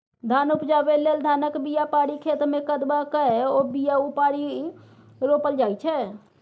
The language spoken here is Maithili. धान उपजाबै लेल धानक बीया पारि खेतमे कदबा कए ओ बीया उपारि रोपल जाइ छै